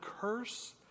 curse